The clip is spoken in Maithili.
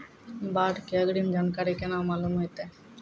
बाढ़ के अग्रिम जानकारी केना मालूम होइतै?